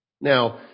Now